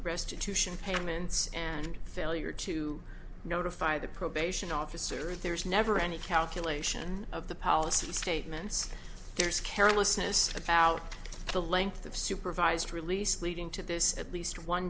restitution payments and failure to notify the probation officer there is never any calculation of the policy statements there's carelessness about the length of supervised release leading to this at least one